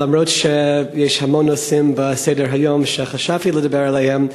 אף-על-פי שיש המון נושאים על סדר-היום שחשבתי לדבר עליהם,